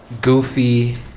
goofy